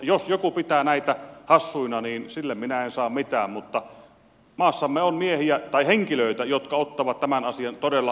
jos joku pitää näitä hassuina niin sille minä en mahda mitään mutta maassamme on henkilöitä jotka ottavat tämän asian todella vakavasti